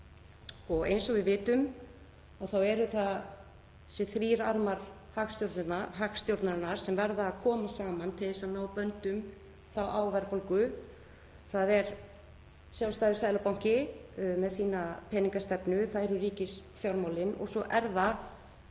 Eins og við vitum eru það þrír armar hagstjórnarinnar sem verða að koma saman til að ná böndum á verðbólgu, það er sjálfstæður seðlabanki með sína peningastefnu, það eru ríkisfjármálin og svo er það